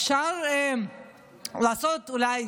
אפשר לעשות אולי